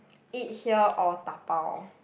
eat here or da-bao